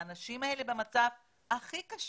האנשים האלה במצב הכי קשה.